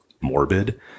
morbid